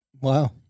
Wow